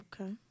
Okay